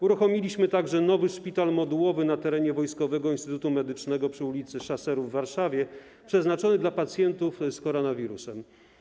Uruchomiliśmy także nowy szpital modułowy na terenie Wojskowego Instytutu Medycznego przy ul. Szaserów w Warszawie przeznaczony dla pacjentów z koronawirusem.